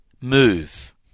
move